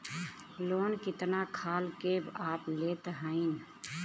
Loan कितना खाल के आप लेत हईन?